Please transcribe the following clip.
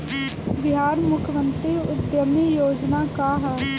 बिहार मुख्यमंत्री उद्यमी योजना का है?